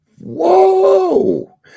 Whoa